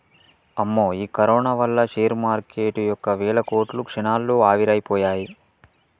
అమ్మో ఈ కరోనా వల్ల షేర్ మార్కెటు యొక్క వేల కోట్లు క్షణాల్లో ఆవిరైపోయాయి